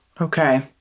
Okay